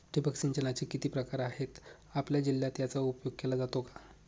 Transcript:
ठिबक सिंचनाचे किती प्रकार आहेत? आपल्या जिल्ह्यात याचा उपयोग केला जातो का?